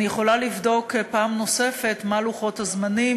אני יכולה לבדוק פעם נוספת מה הם לוחות הזמנים,